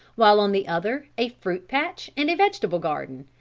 while on the other a fruit patch and vegetable garden.